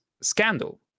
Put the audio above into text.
scandal